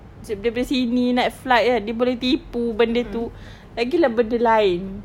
sib~ daripada sini naik flight kan dia boleh tipu lagi lah benda lain